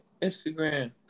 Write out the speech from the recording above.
Instagram